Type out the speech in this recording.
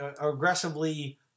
aggressively